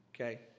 Okay